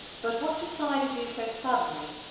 but what decided you so suddenly?